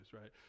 right